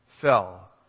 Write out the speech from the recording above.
fell